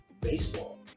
Baseball